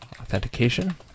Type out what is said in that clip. authentication